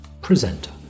presenter